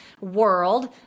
world